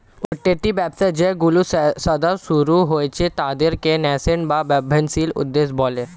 উঠতি ব্যবসা যেইগুলো সদ্য শুরু হয়েছে তাদেরকে ন্যাসেন্ট বা বর্ধনশীল উদ্যোগ বলে